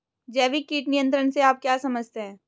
जैविक कीट नियंत्रण से आप क्या समझते हैं?